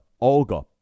Olga